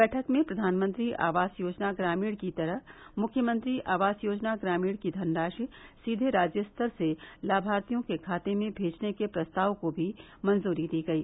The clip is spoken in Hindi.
बैठक में प्रधानमंत्री आवास योजना ग्रामीण की तरह मुख्यमंत्री आवास योजना ग्रामीण की धनराशि सीधे राज्य स्तर से लाभार्थियों के खाते में भेजने के प्रस्ताव को भी मंजूरी दी गयी